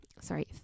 Sorry